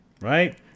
right